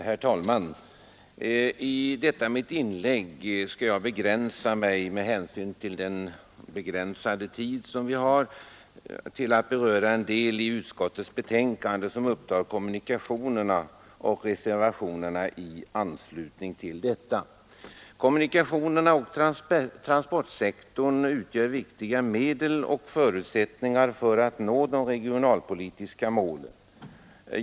Herr talman! I detta mitt inlägg skall jag med hänsyn till den sena tidpunkten begränsa mig till att beröra den del i utskottets betänkande som upptar kommunikationerna och reservationerna i anslutning därtill Kommunikationsoch transportsektorn utgör viktiga medel och förutsättningar för att nå de regionalpolitiska målen.